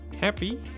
happy